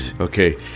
Okay